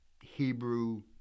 Hebrew